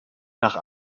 nach